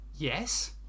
Yes